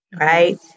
right